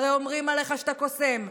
הרי אומרים עליך שאתה קוסם.